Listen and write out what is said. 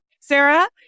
Sarah